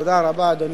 תודה רבה, אדוני.